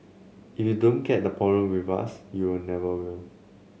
if you don't get the problem with us you'll never will